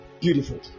Beautiful